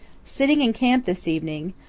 sitting in camp this evening,